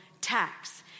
tax